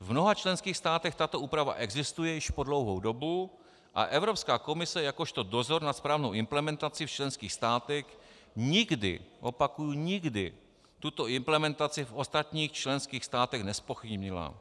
V mnoha členských státech tato úprava existuje již po dlouhou dobu a Evropská komise jakožto dozor nad správnou implementací v členských státech nikdy opakuji nikdy tuto implementaci v ostatních členských státech nezpochybnila.